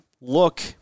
look